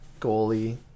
goalie